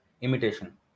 imitation